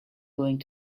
going